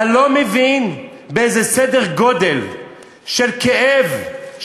אתה לא מבין באיזה סדר גודל של כאב,